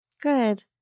Good